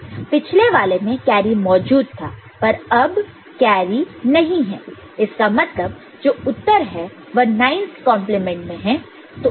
पिछले वाले में कैरी मौजूद था पर अब कैरी नहीं है इसका मतलब जो उत्तर है वह 9's कॉन्प्लीमेंट 9's complement में है